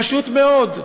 פשוט מאוד.